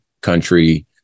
country